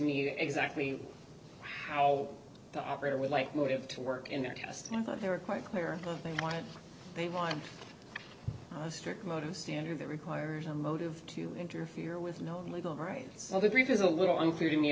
me exactly how the operator would like motive to work in a test and i thought they were quite clear they wanted they want a strict motive standard that requires a motive to interfere with known legal rights because a little unclear to me